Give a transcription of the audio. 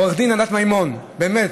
עו"ד ענת מימון, באמת,